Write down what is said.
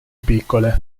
piccole